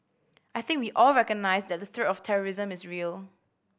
I think we all recognise that the threat of terrorism is real